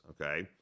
okay